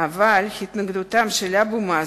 אבל התנגדותם של אבו מאזן,